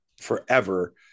forever